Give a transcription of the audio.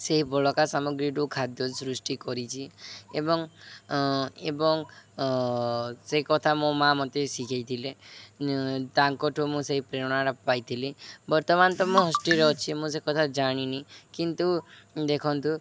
ସେହି ବଳକା ସାମଗ୍ରୀ ଠୁ ଖାଦ୍ୟ ସୃଷ୍ଟି କରିଛି ଏବଂ ଏବଂ ସେ କଥା ମୋ ମା' ମୋତେ ଶିଖାଇଥିଲେ ତାଙ୍କ ଠୁ ମୁଁ ସେଇ ପ୍ରେରଣାଟା ପାଇଥିଲି ବର୍ତ୍ତମାନ ତ ମୁଁ ହଷ୍ଟେଲ ଅଛି ମୁଁ ସେ କଥା ଜାଣିନି କିନ୍ତୁ ଦେଖନ୍ତୁ